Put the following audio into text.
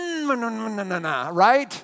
Right